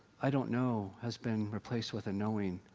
i don't know has been replaced with a knowing,